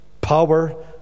power